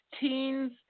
Teens